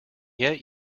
yet